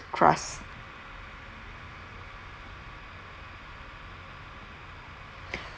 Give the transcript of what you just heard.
crust